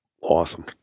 Awesome